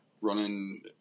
running